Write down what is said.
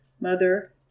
mother